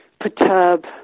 perturb